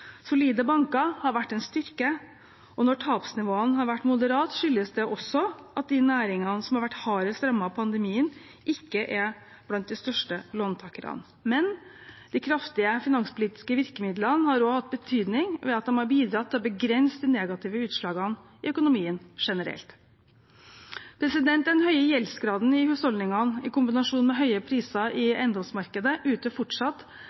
Solide banker har vært en styrke, og når tapsnivåene har vært moderate, skyldes det også at de næringene som har vært hardest rammet av pandemien, ikke er blant de største låntakerne. Men de kraftige finanspolitiske virkemidlene har også hatt betydning ved at de har bidratt til å begrense de negative utslagene i økonomien generelt. Den høye gjeldsgraden i husholdningene, i kombinasjon med høye priser i eiendomsmarkedet, utgjør fortsatt